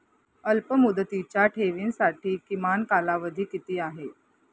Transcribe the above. अल्पमुदतीच्या ठेवींसाठी किमान कालावधी किती आहे?